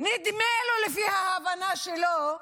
נדמה לו, לפי ההבנה שלו,